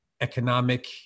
economic